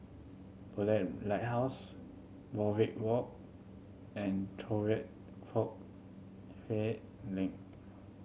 Bedok Lighthouse Warwick Road and